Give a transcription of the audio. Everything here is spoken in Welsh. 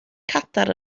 cadair